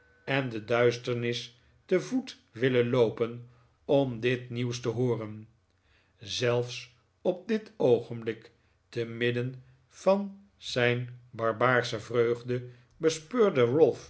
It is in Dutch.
en de duisternis te voet willen loopen om dit nieuws te hooren zelfs op dit oogenblik te midden van zijn barbaarsche vreugde bespeurde